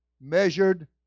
measured